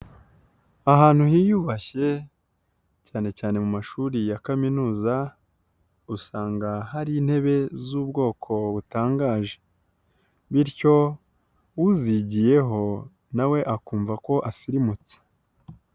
Ahantu hiyubashye cyane cyane mu mashuri ya kaminuza, usanga hari intebe z'ubwoko butangaje . Bityo uzigiyeho na we akumva ko asirimutse.